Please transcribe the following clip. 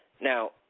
Now